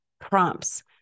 prompts